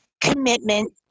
commitment